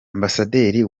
ambasaderi